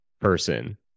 person